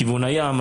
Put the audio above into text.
לכיוון הים,